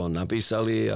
napísali